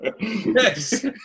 Yes